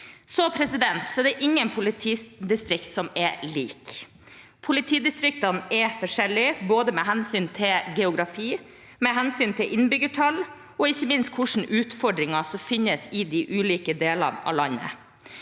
å få til. Det er ingen politidistrikt som er like. Politidistriktene er forskjellige med hensyn til både geografi, innbyggertall og ikke minst hvilke utfordringer som finnes i de ulike delene av landet.